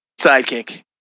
sidekick